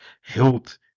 health